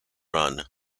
run